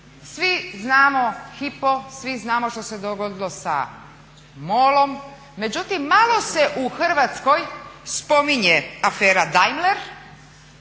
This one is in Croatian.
Svi znamo Hypo, svi znamo što se dogodilo sa MOL-om, međutim malo se u Hrvatskoj spominje afera